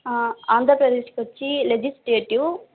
ఆంధ్రప్రదేశ్కి వచ్చి లెజిస్లేటివ్